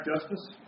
justice